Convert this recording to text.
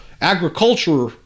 Agriculture